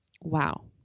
wow